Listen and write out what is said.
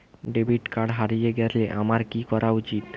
Debit card হারিয়ে গেলে আমার কি করা উচিৎ?